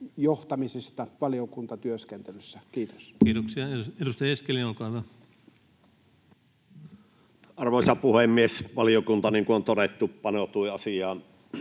johtamisesta valiokuntatyöskentelyssä. — Kiitos. Kiitoksia. — Edustaja Eskelinen, olkaa hyvä. Arvoisa puhemies! Valiokunta, niin kuin on todettu, paneutui asiaan